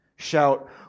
shout